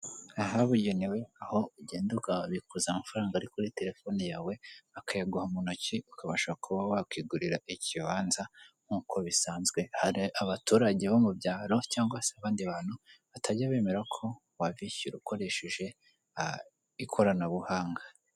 Ahabugenewe aho ugenda ukabikuza amafaranga ari kuri telefone yawe bakayaguha mu ntoki, ukabasha kuba wakwigurira ikibanza nk'uko bisanzwe, hari abaturage bo mu byaro cyangwa se abandi bantu batajya bemera ko wabishyura ukoresheje ikoranabuhanga.